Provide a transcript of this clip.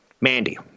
Mandy